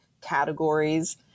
categories